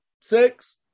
six